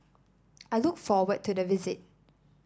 I look forward to the visit